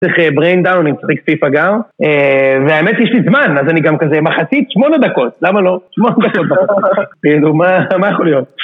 צריך brain down, אני צריך ספיף אגר. והאמת, יש לי זמן, אז אני גם כזה מחצית 8 דקות, למה לא? 8 דקות. כאילו, מה יכול להיות?